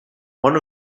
one